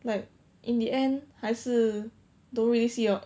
like in the end 还是 don't really see your